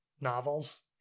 novels